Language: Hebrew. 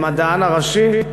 המדען הראשי,